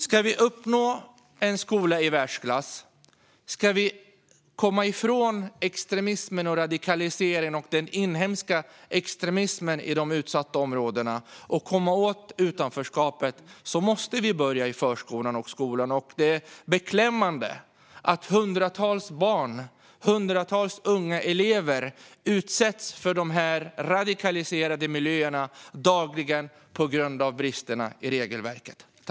Ska vi uppnå en skola i världsklass, ska vi komma ifrån extremismen, radikaliseringen och den inhemska extremismen i de utsatta områdena och komma åt utanförskapet, måste vi börja i förskolan och skolan. Det är beklämmande att hundratals barn, hundratals unga elever, utsätts för dessa radikaliserade miljöer dagligen på grund av bristerna i regelverket.